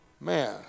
Man